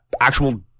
actual